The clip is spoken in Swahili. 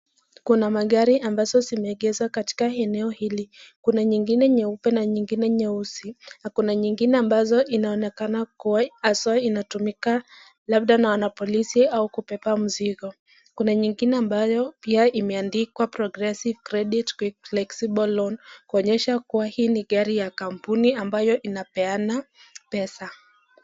Kuna magari ambazo zimeegezwa katika eneo hili; kuna nyingine nyeupe na nyingine nyeusi. Na kuna nyingine ambazo inaonekana kuwa haswa inatumika labda na wanapolisi au kubeba mzigo. Kuna nyingine ambayo pia imeandikwa Progressive Credit Flexible loan kuonyesha kuwa hii ni gari ya kampuni ambayo inapeana pesa.